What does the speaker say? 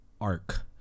arc